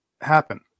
happen